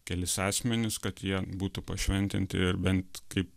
kelis asmenis kad jie būtų pašventinti ir bent kaip